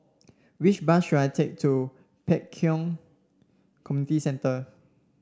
which bus should I take to Pek Kio Community Centre